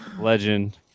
Legend